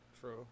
True